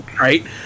Right